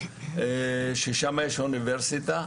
ששם יש אוניברסיטה,